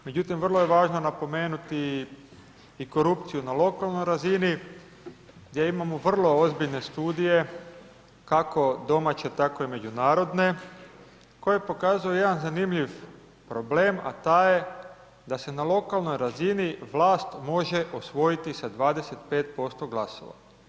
Međutim, vrlo je važno napomenuti i korupciju na lokalnoj razini gdje imamo vrlo ozbiljne studije, kako domaće, tako i međunarodne, koji pokazuju jedan zanimljiv problem, a taj je da se na lokalnoj razini vlast može osvojiti sa 25% glasova.